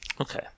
Okay